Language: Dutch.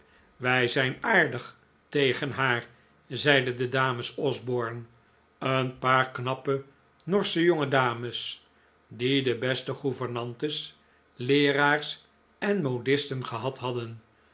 wij zijn aardig tegen haar zeiden de dames osborne een paar knappe norsche jonge dames die de beste gouvernantes leeraars en modisten gehad hadden